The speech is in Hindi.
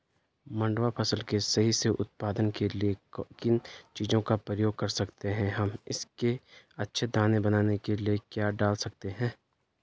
मंडुवा फसल के सही से उत्पादन के लिए किन चीज़ों का प्रयोग कर सकते हैं हम इसके अच्छे दाने बनाने के लिए क्या डाल सकते हैं?